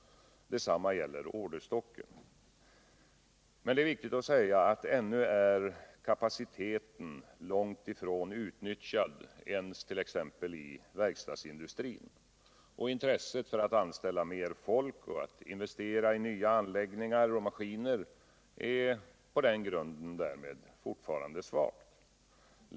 Detsamma gäller orderstocken. Men det är viktigt att framhålla att ännu är kapaciteten långt ifrån utnyttjad ens i t.ex. verkstadsindustrin. Intresset för att anställa mer folk och investera i nya anläggningar och maskiner är därmed fortfarande svagt.